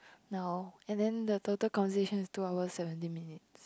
now and then the total conversation is two hour seventeen minutes